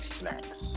snacks